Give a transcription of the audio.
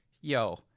yo